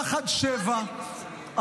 ביחד שבע,